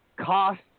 cost